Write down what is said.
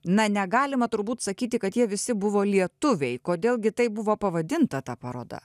na negalima turbūt sakyti kad jie visi buvo lietuviai kodėl gi taip buvo pavadinta ta paroda